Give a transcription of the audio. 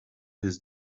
his